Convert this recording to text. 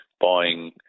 buying